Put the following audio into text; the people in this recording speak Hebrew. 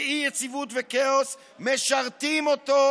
כי אי-יציבות וכאוס משרתים אותו,